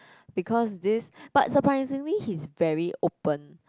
because this but surprisingly he is very open